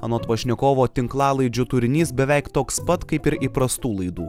anot pašnekovo tinklalaidžių turinys beveik toks pat kaip ir įprastų laidų